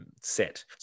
set